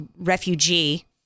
refugee